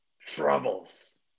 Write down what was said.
Troubles